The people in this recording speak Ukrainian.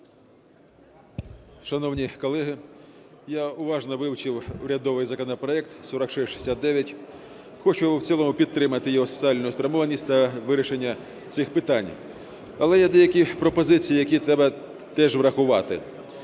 Шановні колеги, я уважно вивчив урядовий законопроект 4669. Хочу в цілому підтримати його соціальну спрямованість на вирішення цих питань. Але є деякі пропозиції, які треба теж врахувати.